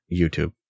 YouTube